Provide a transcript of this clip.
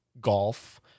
golf